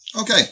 Okay